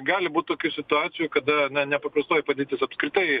gali būt tokių situacijų kada na nepaprastoji padėtis apskritai